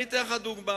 אני אתן לך דוגמה.